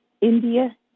India